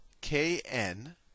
kn